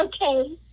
okay